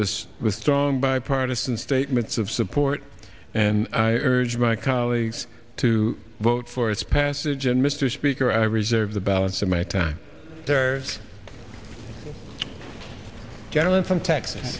this with strong bipartisan statements of support and i urge my colleagues to vote for its passage and mr speaker i reserve the balance of my time there carolyn from texas